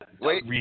Wait